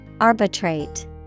Arbitrate